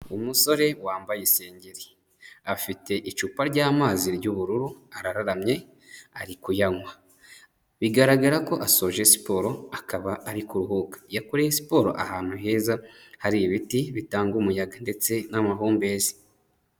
Umusore wambaye isengeri, afite icupa ry'amazi ry'ubururu arararamye ari kuyanywa, bigaragara ko asoje siporo akaba ari kuruhuka, yakoreye siporro ahantu heza hari ibiti bitanga umuyaga ndetse n'amahumbezi.